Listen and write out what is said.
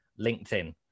LinkedIn